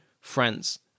France